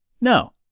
No